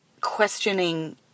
questioning